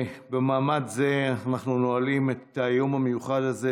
במעמד זה אנחנו נועלים את היום המיוחד הזה,